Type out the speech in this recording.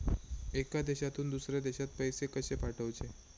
एका देशातून दुसऱ्या देशात पैसे कशे पाठवचे?